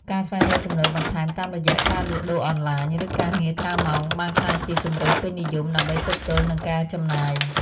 ការស្វែងរកចំណូលបន្ថែមតាមរយៈការលក់ដូរអនឡាញ ឬការងារក្រៅម៉ោងបានក្លាយជាជម្រើសពេញនិយមដើម្បីទប់ទល់នឹងការចំណាយ។